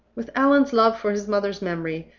with allan's love for his mother's memory,